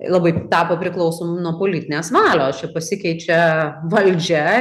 labai tapo priklausom nuo politinės valios čia pasikeičia valdžia